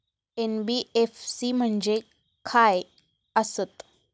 NBFC म्हणजे खाय आसत?